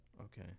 Okay